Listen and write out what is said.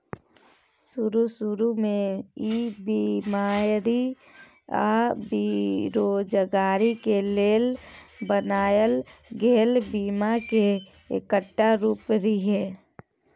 शरू शुरू में ई बेमारी आ बेरोजगारी के लेल बनायल गेल बीमा के एकटा रूप रिहे